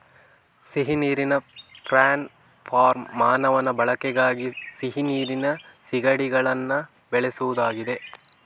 ಸಿಹಿ ನೀರಿನ prawn farm ಮಾನವನ ಬಳಕೆಗಾಗಿ ಸಿಹಿ ನೀರಿನ ಸೀಗಡಿಗಳನ್ನ ಬೆಳೆಸುದಾಗಿದೆ